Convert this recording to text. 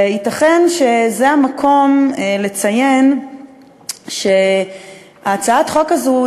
וייתכן שזה המקום לציין שהצעת החוק הזאת,